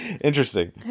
Interesting